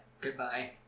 Goodbye